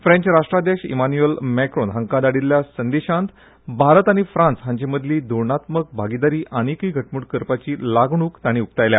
फ्रॅंच राष्ट्राध्यक्ष Emmanuel Macron हांकां धाडिल्ल्या संदेशांत भारत आनी फ्रांस हांचे मदली धोरणात्मक भागीदारी आनीकय घटमूट करपाची लागणूक तांणी उक्तायल्या